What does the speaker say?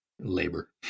labor